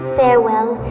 farewell